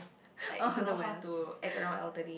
like don't know how to act around elderly